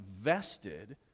vested